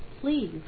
please